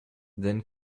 then